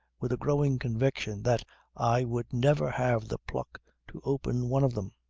with a growing conviction that i would never have the pluck to open one of them.